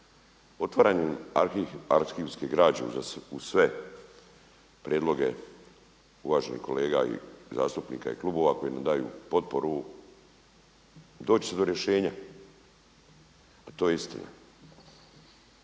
Otvaranje arhivske građe uz sve prijedloge uvaženih kolega i zastupnika i klubova koji mi daju potporu doći će se do rješenja, a to je istina.